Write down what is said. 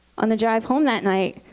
on the drive home that night,